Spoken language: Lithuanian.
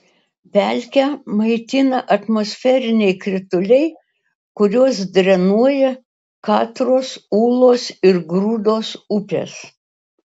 pelkę maitina atmosferiniai krituliai kuriuos drenuoja katros ūlos ir grūdos upės